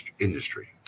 industry